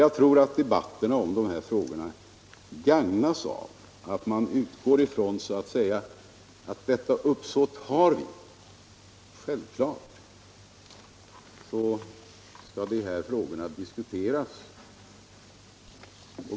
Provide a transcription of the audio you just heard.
Jag tror att debatterna om dessa frågor gagnas av att man utgår ifrån att regeringen självfallet har detta uppsåt.